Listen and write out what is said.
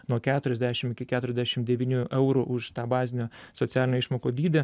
nuo keturiasdešim iki keturiasdešim devynių eurų už tą bazinę socialinių išmokų dydį